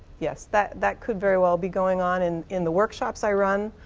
yes, that that could very well be going on. in in the workshops i run,